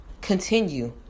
continue